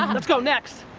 um let's go, next.